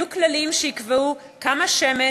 יהיו כללים שיקבעו כמה שמן,